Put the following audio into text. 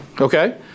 okay